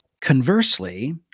Conversely